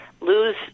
lose